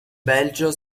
belgio